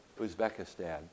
Uzbekistan